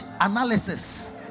analysis